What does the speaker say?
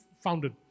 founded